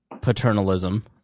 paternalism